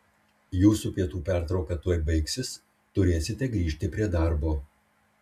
jūsų pietų pertrauka tuoj baigsis turėsite grįžti prie darbo